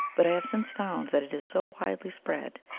but i have since found that it is so widely spread,